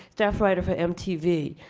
staff writer for mtv.